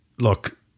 Look